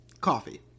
coffee